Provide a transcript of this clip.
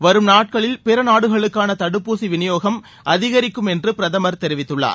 வரும் நாட்களில் பிறநாடுகளுக்காள தடுப்பூசி விநியோகம் அதிகரிக்கும் என்றும் பிரதமர் தெரிவித்துள்ளார்